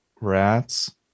rats